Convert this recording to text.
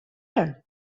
here